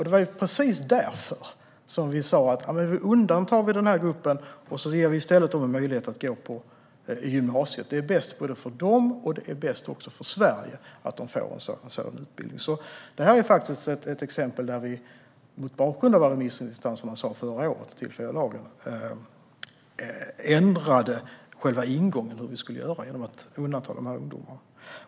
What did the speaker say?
Det var precis därför som vi sa att vi undantar den här gruppen och ger de personerna möjlighet att gå på gymnasiet. Det är bäst för dem och för Sverige att de får en sådan utbildning. Det här är alltså faktiskt ett exempel på att vi mot bakgrund av vad remissinstanserna sa förra året om den tillfälliga lagen ändrade själva ingången när det gällde hur vi skulle göra genom att undanta de här ungdomarna.